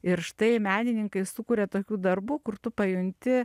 ir štai menininkai sukuria tokių darbų kur tu pajunti